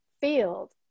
field